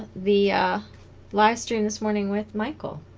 the live stream this morning with michael